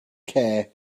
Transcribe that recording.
care